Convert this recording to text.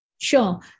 Sure